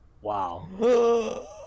Wow